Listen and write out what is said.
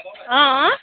অঁ অঁ